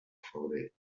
febrer